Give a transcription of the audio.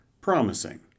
promising